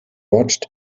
watched